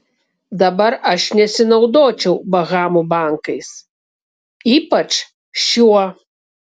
dabar aš nesinaudočiau bahamų bankais ypač šiuo